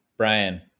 Brian